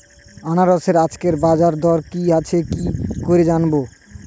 আনারসের আজকের বাজার দর কি আছে কি করে জানবো?